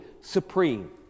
supreme